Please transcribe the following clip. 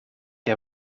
heb